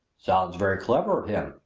sounds very clever him!